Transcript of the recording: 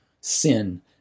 sin